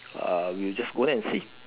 uh we'll just go there and see